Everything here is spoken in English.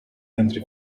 entry